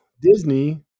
disney